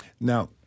now